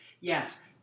yes